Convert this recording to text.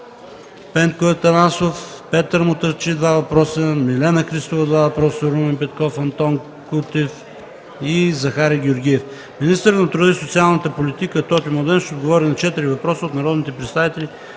Пенко Атанасов, Петър Мутафчиев – 2 въпроса, Милена Христова – 2 въпроса, Румен Петков, Антон Кутев и Захари Георгиев. Министърът на труда и социалната политика Тотю Младенов ще отговори на 4 въпроса от народните представители